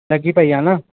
लॻी पेई आहे न